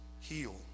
heal